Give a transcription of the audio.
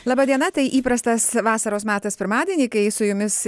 laba diena tai įprastas vasaros metas pirmadienį kai su jumis